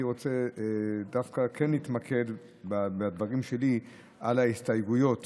אני רוצה להתמקד בדברים שלי דווקא בהסתייגויות